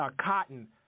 Cotton